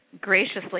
graciously